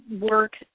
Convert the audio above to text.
work